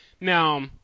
Now